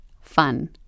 fun